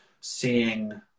seeing